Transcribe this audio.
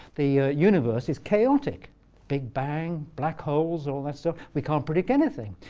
the universe is chaotic big bang, black holes, all that stuff we can't predict anything.